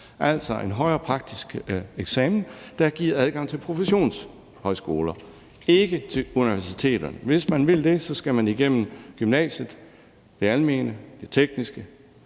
altså en højere praktisk eksamen, der giver adgang til professionshøjskoler, ikke til universiteter. Hvis man vil det, skal man igennem gymnasiet – det almene, det tekniske